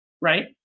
right